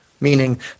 meaning